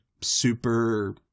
super